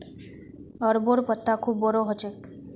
अरबोंर पत्ता खूब बोरो ह छेक